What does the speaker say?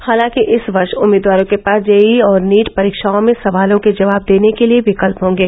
हालांकि इस वर्ष उम्मीदवारों के पास जेईई और नीट परीक्षाओं में सवालों के जवाब देने के लिए विकल्प होंगे